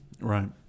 right